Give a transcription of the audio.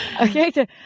Okay